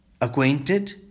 acquainted